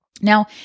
Now